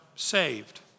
saved